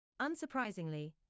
Unsurprisingly